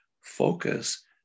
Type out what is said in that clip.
Focus